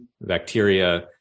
bacteria